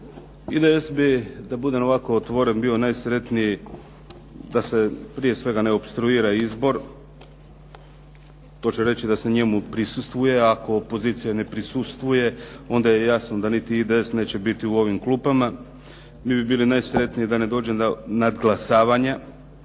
IDS bi da budem ovako otvoren bio najsretniji da se prije svega ne opstruira izbor, to će reći da se njemu prisustvuje. Ako opozicija ne prisustvuje onda je jasno da niti IDS neće biti u ovim klupama. Mi bi bili najsretniji da ne dođe do nadglasavanja